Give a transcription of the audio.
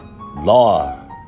law